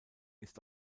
ist